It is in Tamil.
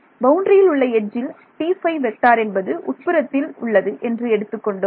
பவுண்டரியில் உள்ள எட்ஜில் T5 என்பது உட்புறத்தில் உள்ளது என்று எடுத்துக் கொண்டோம்